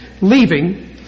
leaving